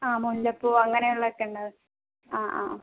ആ മുല്ലപ്പൂ അങ്ങനെ ഉള്ളതൊക്കെ ഉണ്ടാകുമോ ആ ആ ആ